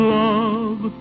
love